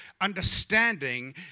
understanding